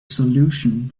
solution